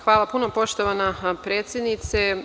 Hvala puno, poštovana predsednice.